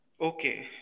Okay